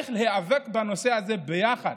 צריך להיאבק בנושא הזה ביחד,